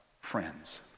friends